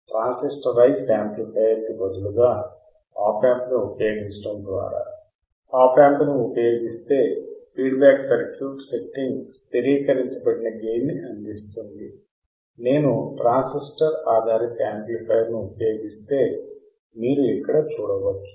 transistorised amplifier కి బదులుగా op amp ని ఉపయోగించడం ద్వారా ఆప్ యాంప్ ని ఉపయోగిస్తే ఫీడ్బ్యాక్ సర్క్యూట్ సెట్టింగ్ స్థిరీకరించబడిన గెయిన్ ని అందిస్తుంది నేను ట్రాన్సిస్టర్ ఆధారిత యాంప్లిఫయర్ను ఉపయోగిస్తే మీరు ఇక్కడ చూడవచ్చు